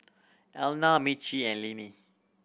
Elna Mitch and Lenny